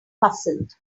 puzzled